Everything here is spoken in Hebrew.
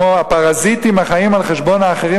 "הפרזיטים החיים על חשבון האחרים,